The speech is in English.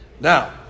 Now